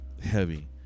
heavy